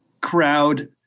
crowd